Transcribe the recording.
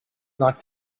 not